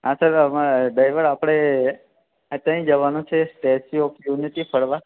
હા તો અમાર ડ્રાઇવર આપણે ત્યાં જવાનું છે સ્ટેચ્યુ ઓફ યુનિટી ફરવા